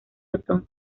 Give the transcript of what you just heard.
otón